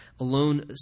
alone